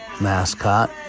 mascot